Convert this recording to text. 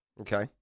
Okay